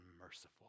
merciful